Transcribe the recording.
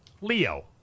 Leo